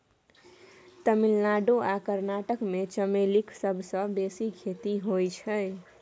तमिलनाडु आ कर्नाटक मे चमेलीक सबसँ बेसी खेती होइ छै